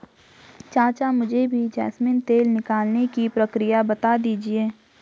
चाचा मुझे भी जैस्मिन तेल निकालने की प्रक्रिया बता दीजिए